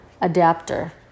adapter